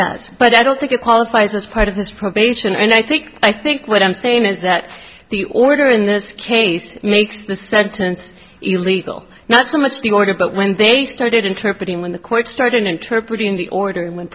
does but i don't think it qualifies as part of his probation and i think i think what i'm saying is that the order in this case makes the sentence illegal not so much the order but when they started interpreting when the court started interpret